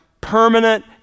permanent